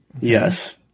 Yes